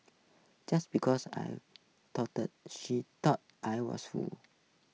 just because I tolerated she thought I was fool